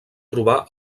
trobar